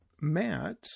Matt